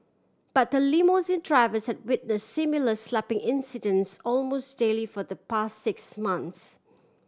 but limousine driver has witness similar slapping incidents almost daily for the past six months